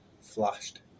flashed